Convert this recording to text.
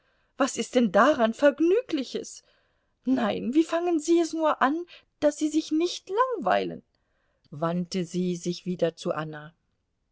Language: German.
was ist denn daran vergnügliches nein wie fangen sie es nur an daß sie sich nicht langweilen wandte sie sich wieder zu anna